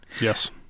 Yes